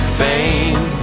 fame